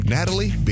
Natalie